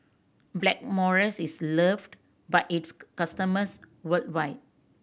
Blackmores is loved by its customers worldwide